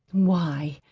why,